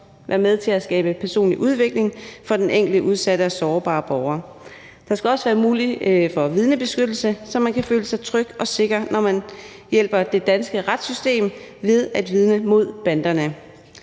være med til at skabe personlig udvikling for den enkelte udsatte og sårbare borger. Det skal også være muligt at få vidnebeskyttelse, så man kan føle sig tryg og sikker, når man hjælper det danske retssystem ved at vidne mod banderne.